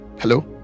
hello